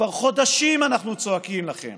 שכבר חודשים אנחנו צועקים לכם